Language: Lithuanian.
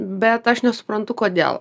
bet aš nesuprantu kodėl